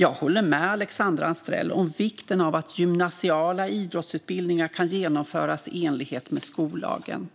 Jag håller med Alexandra Anstrell om vikten av att gymnasiala idrottsutbildningar kan genomföras i enlighet med skollagen.